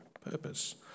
purpose